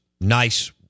nice